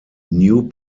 new